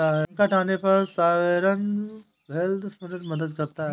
संकट आने पर सॉवरेन वेल्थ फंड मदद करता है